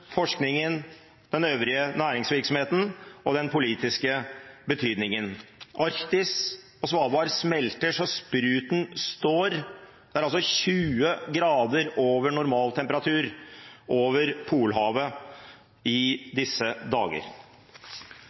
forskningen, den øvrige næringsvirksomheten og den politiske betydningen. Arktis og Svalbard smelter så spruten står, det er 20 grader over normal temperatur over Polhavet i disse dager.